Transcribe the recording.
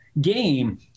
game